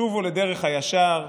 שובו לדרך הישר,